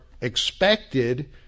expected